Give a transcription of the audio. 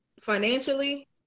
financially